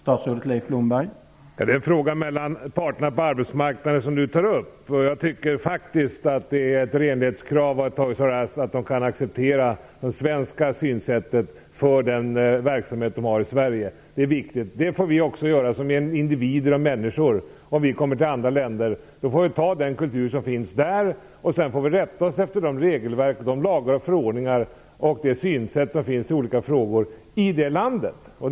Herr talman! Det som Per Bill tar upp är en fråga mellan parterna på arbetsmarknaden. Jag tycker faktiskt att det är ett renlighetskrav att Toys R Us accepterar det svenska synsättet när det gäller den verksamhet som företaget har i Sverige. Detta är viktigt. Så får vi göra som individer när vi kommer till andra länder. Vi får då anpassa oss till den kultur som finns där och rätta oss efter det regelverk och det synsätt som finns i det landet i olika frågor.